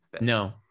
no